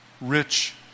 rich